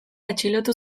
atxilotu